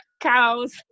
cows